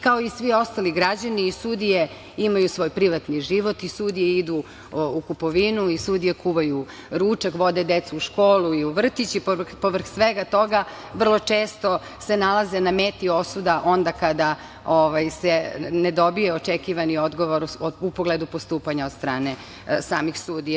Kao i svi ostali građani, sudije imaju svoj privatni život, sudije idu u kupovinu, sudije kuvaju ručak, vode decu u školu i u vrtić i povrh svega toga, vrlo često se nalaze na meti osuda onda kada se ne dobije očekivani odgovor u pogledu postupanja od strane samih sudija.